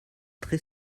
très